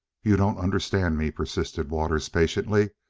you don't understand me, persisted waters patiently.